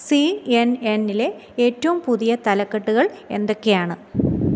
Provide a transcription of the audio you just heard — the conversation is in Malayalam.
സീ എൻ എന്നിലെ ഏറ്റോം പുതിയ തലക്കെട്ടുകൾ എന്തൊക്കെയാണ്